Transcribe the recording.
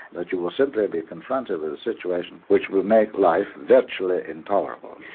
that you will simply be confronted with a situation which will make life virtually intolerable.